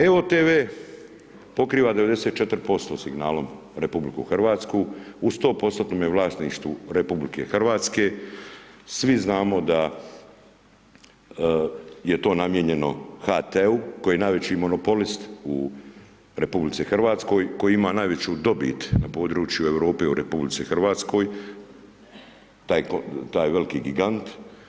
Evo-tv pokriva 94% signalom RH, u 100%-tnom je vlasništvu RH, svi znamo da je to namijenjeno HT-u koji je najveći monopolist u RH, koji ima najveću dobit na području Europe u RH, taj veliki gigant.